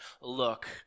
look